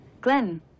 Glenn